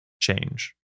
change